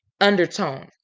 undertone